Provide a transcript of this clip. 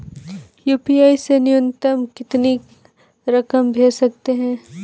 UPI से न्यूनतम कितनी रकम भेज सकते हैं?